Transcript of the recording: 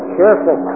careful